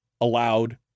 allowed